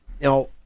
Now